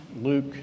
Luke